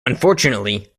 unfortunately